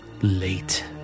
late